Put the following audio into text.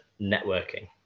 networking